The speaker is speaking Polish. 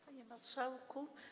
Panie Marszałku!